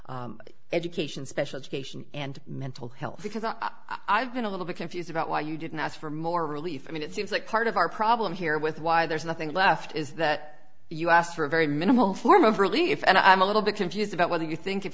court education special education and mental health because i have been a little bit confused about why you didn't ask for more relief i mean it seems like part of our problem here with why there's nothing left is that you asked for a very minimal form of relief and i'm a little bit confused about whether you think if